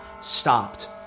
stopped